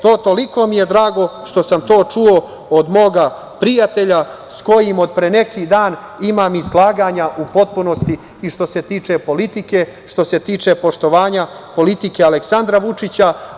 Toliko mi je drago što sam to čuo od mog prijatelja sa kojim pre neki dan imam i slaganja u potpunosti i što se tiče politike, što se tiče poštovanja politike Aleksandra Vučića.